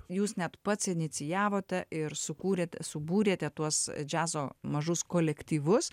jūs net pats inicijavote ir sukūrėt subūrėte tuos džiazo mažus kolektyvus